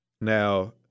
Now